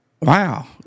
Wow